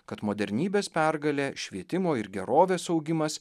kad modernybės pergalė švietimo ir gerovės augimas